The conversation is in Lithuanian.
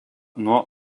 nuo